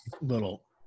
little